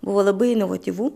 buvo labai inovatyvu